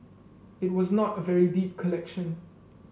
it was not a very deep collection